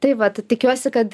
tai vat tikiuosi kad